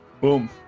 Boom